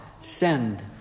Send